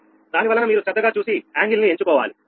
దానివలన మీరు శ్రద్ధగా చూసి కోణం ను ఎంచుకోవాలి